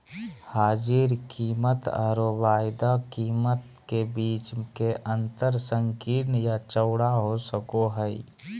हाजिर कीमतआरो वायदा कीमत के बीच के अंतर संकीर्ण या चौड़ा हो सको हइ